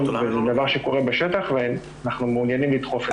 וזה דבר שקורה בשטח ואנחנו מעוניינים לדחוף את זה.